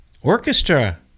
Orchestra